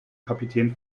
kapitän